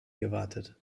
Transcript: gewartet